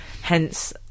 hence